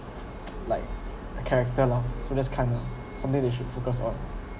like a character lah so this kind lah something they should focus on